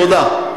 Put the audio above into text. תודה.